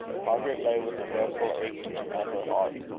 margaret lay with a dreadful aching at her heart.